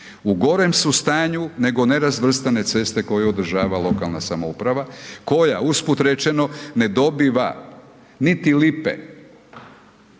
U gorem su stanju nego nerazvrstane ceste koje održava lokalna samouprava koja usput rečeno ne dobiva niti lipe